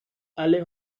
alle